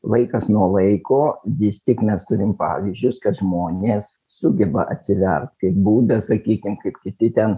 laikas nuo laiko vis tik mes turim pavyzdžius kad žmonės sugeba atsivert kaip buda sakykim kaip kiti ten